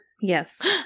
Yes